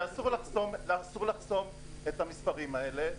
שאסור לחסום את המספרים האלה.